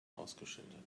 ausgeschildert